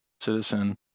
citizen